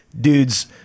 dudes